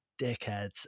dickheads